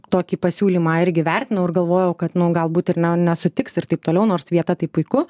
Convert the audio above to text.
tokį pasiūlymą irgi vertinau ir galvojau kad nu galbūt ir ne nesutiks ir taip toliau nors vieta tai puiku